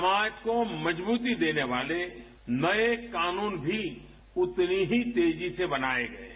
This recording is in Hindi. समाज को मजबूती देने वाले नए कानून भी उतनी ही तेजी से बनाए हैं